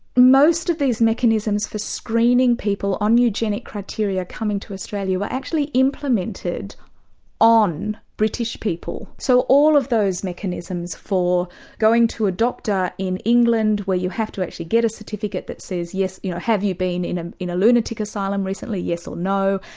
most of these mechanisms for screening people on eugenic criteria coming to australia, were actually implemented on british people. so all of those mechanisms for going to a doctor in england where you have to actually get a certificate that says you know have you been in a a lunatic asylum recently? yes or no.